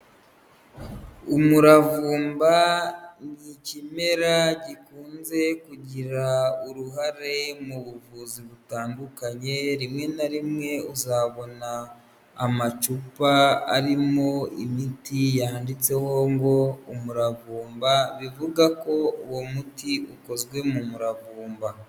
Umuravumba ni ikimera gikunze kugira uruhare mu buvuzi butandukanye rimwe na rimwe uzabona amacupa arimo imiti yanditseho ngo umuravumba bivuga ko uwo muti ukozwe mu muravumba.